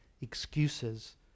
excuses